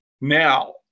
Now